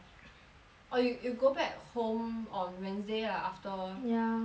or you you go back home on wednesday lah after ya induction